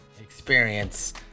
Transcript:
experience